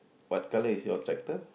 what colour is your tractor